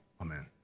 Amen